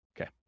Okay